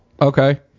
Okay